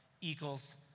equals